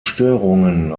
störungen